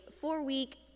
four-week